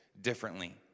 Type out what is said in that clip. differently